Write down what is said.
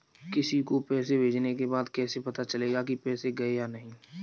किसी को पैसे भेजने के बाद कैसे पता चलेगा कि पैसे गए या नहीं?